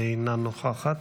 אינה נוכחת,